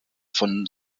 von